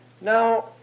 Now